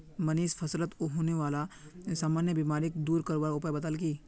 मनीष फलत होने बाला सामान्य बीमारिक दूर करवार उपाय बताल की